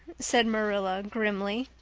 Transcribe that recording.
said marilla grimly.